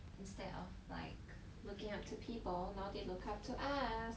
instead of like looking up to people now they look up to us